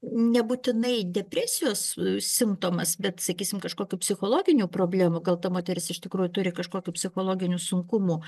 nebūtinai depresijos simptomas bet sakysim kažkokių psichologinių problemų gal ta moteris iš tikrųjų turi kažkokių psichologinių sunkumų